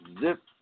Zip